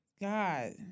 God